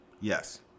Yes